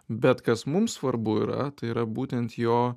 bet kas mums svarbu yra tai yra būtent jo